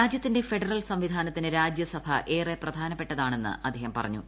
രാജ്യത്തിന്റെ ഫെഡറൽ സംവിധാനത്തിന് രാജ്യസഭ ഏറെ പ്രധാനപ്പെട്ടതാണെന്ന് അദ്ദേഹം പറഞ്ഞു